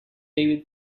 dave